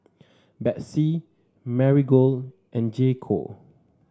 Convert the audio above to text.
Betsy Marigold and J Co